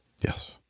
Yes